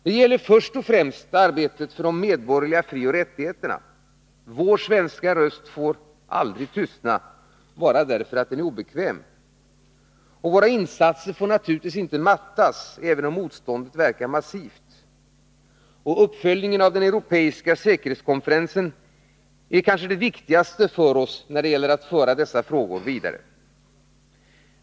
Det gäller först och främst arbetet för de medborgerliga frioch rättigheterna. Vår svenska röst får aldrig tystna bara därför att den är obekväm. Våra insatser får naturligtvis inte mattas även om motståndet verkar massivt. Uppföljningen av den europeiska säkerhetskonferensen är kanske det viktigaste för oss när det gäller att föra dessa frågor vidare.